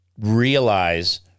realize